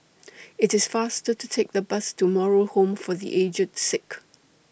IT IS faster to Take The Bus to Moral Home For The Aged Sick